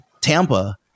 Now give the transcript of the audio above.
Tampa